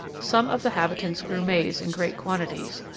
some of the habitants grew maize in great quantities,